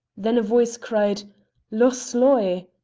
then a voice cried loch sloy!